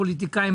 הפוליטיקאים,